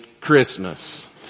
Christmas